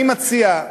אני מציע,